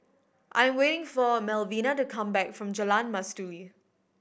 I am waiting for Melvina to come back from Jalan Mastuli